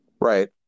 Right